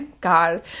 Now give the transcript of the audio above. God